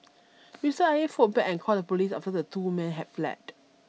Mister Aye fought back and called the police after the two men had fled